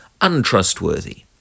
untrustworthy